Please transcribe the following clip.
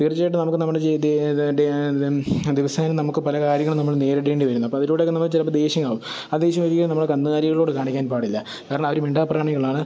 തീര്ച്ചയായിട്ടും നമുക്ക് നമ്മുടെ ജീവിതത്തിൽ ദിവസേന നമുക്ക് പല കാര്യങ്ങളും നമ്മൾ നേരിടേണ്ടി വരുന്നു അപ്പോൾ അതിലൂടെയൊക്കെ നമുക്ക് ചിലപ്പോൾ ദേഷ്യമുണ്ടാകും ആ ദേഷ്യം ഒരിക്കലും നമ്മൾ കന്നുകാലികളോടു കാണിക്കാന് പാടില്ല കാരണം അവർ മിണ്ടാപ്രാണികളാണ്